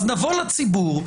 אז נבוא לציבור,